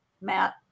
Matt